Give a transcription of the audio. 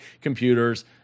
computers